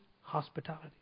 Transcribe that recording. hospitality